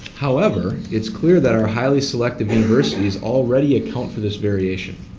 however, it's clear that our highly selective universities already account for this variation.